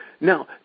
now